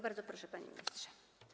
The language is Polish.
Bardzo proszę, panie ministrze.